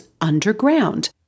underground